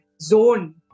zone